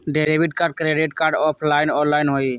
Debit card credit card offline online होई?